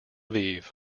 aviv